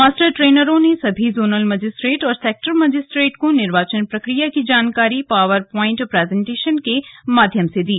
master ट्रेनरों ने सभी जोनल मजिस्ट्रेट और सेक्टर मजिस्ट्रेट को निर्वाचन प्रक्रिया की जानकारी पावर प्वाइंट प्रजेन्टेशन के माध्यम से दी